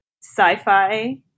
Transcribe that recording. sci-fi